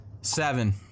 Seven